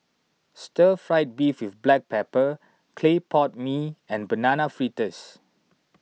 Stir Fried Beef with Black Pepper Clay Pot Mee and Banana Fritters